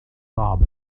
صعبة